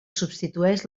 substitueix